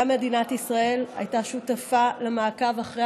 גם מדינת ישראל הייתה שותפה למעקב אחרי